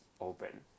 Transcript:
open